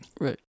Right